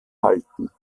halten